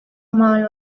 mal